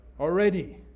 Already